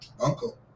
uncle